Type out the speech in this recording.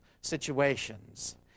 situations